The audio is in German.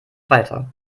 weiter